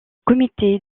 comité